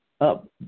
up